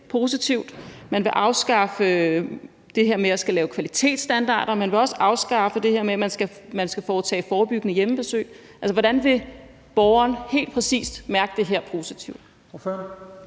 Man vil afskaffe det her med, at man skal lave kvalitetsstandarder. Man vil også afskaffe det her med, at der skal foretages forebyggende hjemmebesøg. Hvordan vil borgeren helt præcis mærke det her positivt?